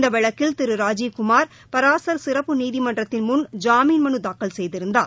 இந்த வழக்கில் திரு ராஜீவ் குமார் பராசர் சிறப்பு நீதிமன்றத்தில் முள் ஜாமின் மனு தாக்கல் செய்திருந்தார்